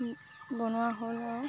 বনোৱা হ'ল আউ